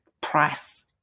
price